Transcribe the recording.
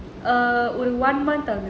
err one month ஆச்சு:achu